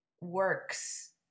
works